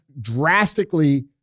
drastically